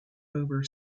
over